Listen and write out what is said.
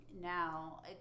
now